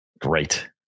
Great